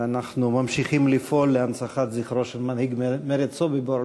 ואנחנו ממשיכים לפעול להנצחת זכרו של מנהיג מרד סוביבור.